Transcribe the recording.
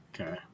Okay